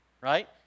right